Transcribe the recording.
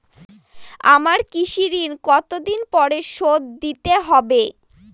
আমার কৃষিঋণ কতদিন পরে শোধ দিতে হবে?